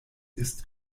ist